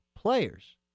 players